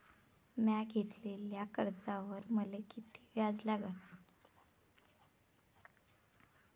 म्या घेतलेल्या कर्जावर मले किती व्याज लागन?